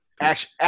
action